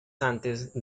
antes